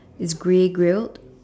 it's grey grilled